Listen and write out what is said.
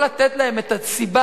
לא לתת להם את הסיבה,